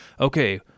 okay